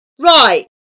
Right